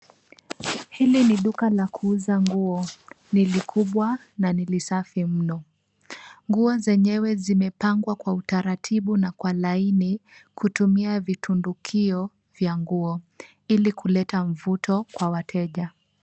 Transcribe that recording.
Hili ni duka la kuuza nguo ni kubwa na lisafi mno. Nguo zenyewe zimepangwa kwa utaratibu na kwa laini kutumia vitundukio vya nguo ili kuleta mvuto kwa wateja.